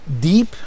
deep